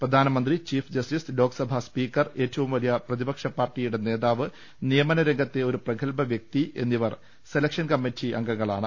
പ്രധാനമന്ത്രി chief justice Lok Sabha Speaker ഏറ്റവും വലിയ പ്രതിപക്ഷ പാർട്ടിയുടെ നേതാവ് നിയമനരംഗത്തെ ഒരു പ്രഗൽഭ വൃക്തി എന്നിവർ സെല ക്ഷൻ കമ്മറ്റി അംഗങ്ങളാണ്